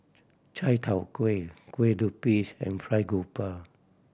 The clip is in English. Chai Tow Kuay Kueh Lapis and Fried Garoupa